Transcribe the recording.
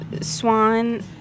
Swan